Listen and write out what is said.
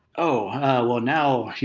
oh! now,